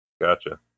Gotcha